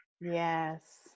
Yes